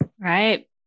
Right